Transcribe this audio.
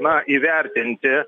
na įvertinti